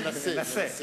מנסה.